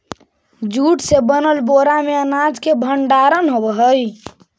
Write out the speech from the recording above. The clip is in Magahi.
जूट से बनल बोरा में अनाज के भण्डारण होवऽ हइ